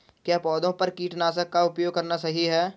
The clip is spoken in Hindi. क्या पौधों पर कीटनाशक का उपयोग करना सही है?